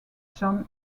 john